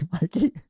Mikey